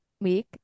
week